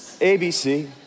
A-B-C